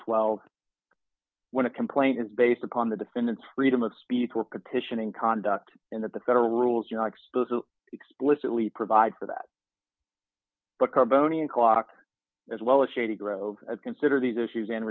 twelve when a complaint is based upon the defendant's freedom of speech or petition in conduct and that the federal rules you're exposed explicitly provide for that but carbone ian clock as well as shady grove and consider these issues and